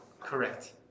correct